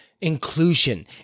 inclusion